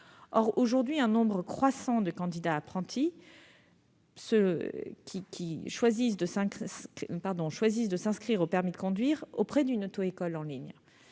Or, aujourd'hui, un nombre croissant de candidats apprentis choisissent de s'inscrire au permis de conduire auprès d'une auto-école en ligne.